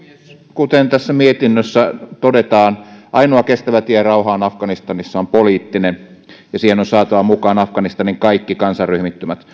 kuten tässä mietinnössä todetaan ainoa kestävä tie rauhaan afganistanissa on poliittinen ja siihen on saatava mukaan afganistanin kaikki kansanryhmittymät